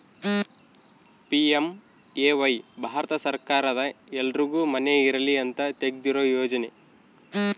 PMAY Bharat ಸರ್ಕಾರದ ಎಲ್ಲರ್ಗು ಮನೆ ಇರಲಿ ಅಂತ ತೆಗ್ದಿರೊ ಯೋಜನೆ